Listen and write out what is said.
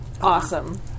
Awesome